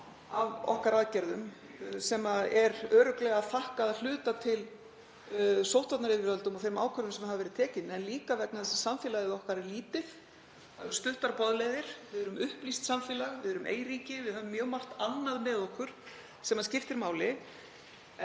okkar, sem er örugglega að hluta til sóttvarnayfirvöldum að þakka og þeim ákvörðunum sem teknar hafa verið, en líka vegna þess að samfélagið okkar er lítið, það eru stuttar boðleiðir. Við erum upplýst samfélag, við erum eyríki. Við höfum mjög margt annað með okkur sem skiptir máli.